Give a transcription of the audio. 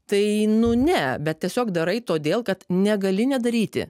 tai nu ne bet tiesiog darai todėl kad negali nedaryti